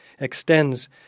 extends